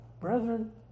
brethren